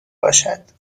باشد